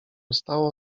stało